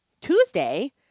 Tuesday